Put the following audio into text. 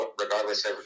regardless